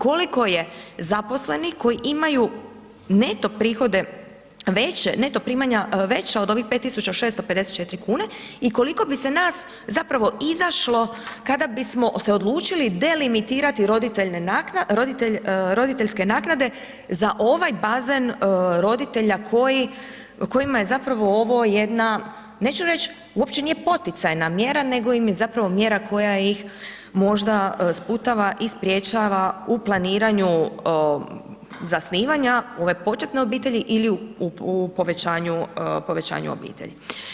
Koliko je zaposlenih koji imaju neto prihode veće, neto primanja veća od ovih 5654 kn i koliko bi se nas zapravo izašlo kada bismo se odlučili delimitirati roditeljske naknade za ovaj bazen roditelja kojima je zapravo ovo jedna, neću reći, uopće nije poticajna mjera nego im je zapravo mjera koja ih možda sputava i sprječava u planiranju zasnivanja ove početne obitelji ili u povećanju obitelji.